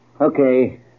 Okay